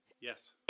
Yes